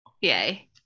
Yay